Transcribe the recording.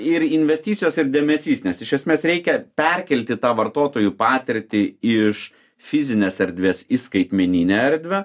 ir investicijos ir dėmesys nes iš esmės reikia perkelti tą vartotojų patirtį iš fizinės erdvės į skaitmeninę erdvę